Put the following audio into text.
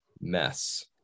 mess